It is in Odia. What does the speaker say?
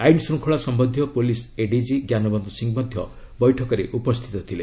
ଆଇନ ଶୃଙ୍ଖଳା ସମ୍ଭନ୍ଧୀୟ ପୁଲିସ୍ ଏଡିଜି ଜ୍ଞାନବନ୍ତ ସିଂହ ମଧ୍ୟ ବୈଠକରେ ଉପସ୍ଥିତ ଥିଲେ